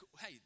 hey